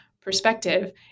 perspective